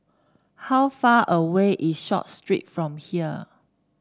how far away is Short Street from here